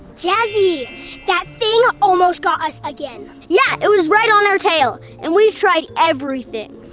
jazzy that thing almost got us again! yeah, it was right on our tail, and we've tried everything!